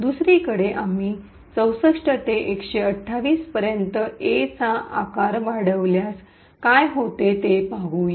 दुसरीकडे आम्ही ६४ ते १२८ पर्यंत A चा आकार वाढवल्यास काय होते ते पाहूया